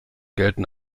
gelten